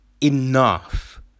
enough